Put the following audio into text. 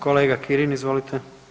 Kolega Kirin, izvolite.